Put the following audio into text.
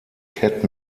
cat